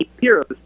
heroes